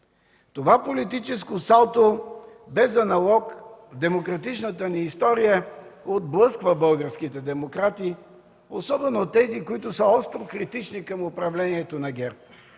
Това политическо салто без аналог в демократичната ни история отблъсква българските демократи, особено тези, които са остро критични към управлението на ГЕРБ.